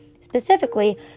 Specifically